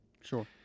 Sure